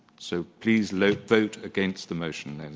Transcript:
so please like vote against the motion. and